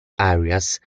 areas